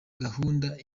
gahunda